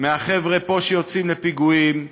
מהחבר'ה פה שיוצאים לפיגועים,